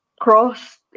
cross